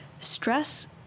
stress